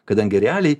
kadangi realiai